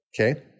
Okay